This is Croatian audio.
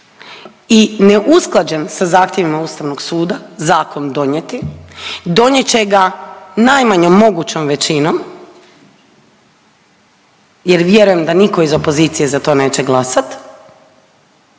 i neusklađen sa zahtjevima Ustavnog suda zakon donijeti, donijet će najmanjom mogućom većinom jer vjerujem da nitko iz opozicije neće za to glasat,